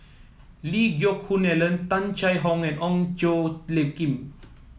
Lee Geck Hoon Ellen Tung Chye Hong and Ong Tjoe Kim